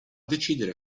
decidere